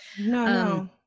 no